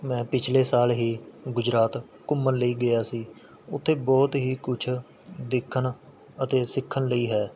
ਮੈਂ ਪਿਛਲੇ ਸਾਲ ਹੀ ਗੁਜਰਾਤ ਘੁੰਮਣ ਲਈ ਗਿਆ ਸੀ ਉੱਥੇ ਬਹੁਤ ਹੀ ਕੁਝ ਦੇਖਣ ਅਤੇ ਸਿੱਖਣ ਲਈ ਹੈ